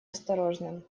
осторожным